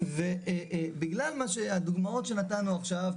בגלל הדוגמאות שנתנו עכשיו,